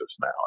now